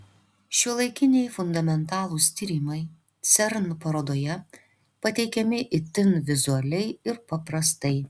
šiuolaikiniai fundamentalūs tyrimai cern parodoje pateikiami itin vizualiai ir paprastai